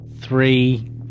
three